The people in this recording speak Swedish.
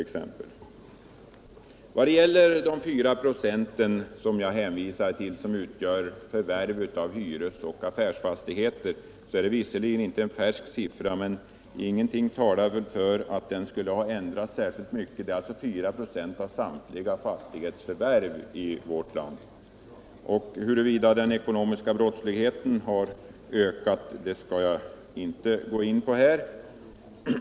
När det gäller de 4 26, som jag hänvisade till, som utgör förvärv av hyresoch affärsfastigheter, så är det visserligen inte en färsk siffra, men ingenting talar för att den skulle ha ändrats särskilt mycket. Det är alltså fråga om 4 "» av samtliga fastighetsförvärv i vårt land. Huruvida den ekonomiska brottsligheten har ökat är en fråga som jag inte skall gå in på.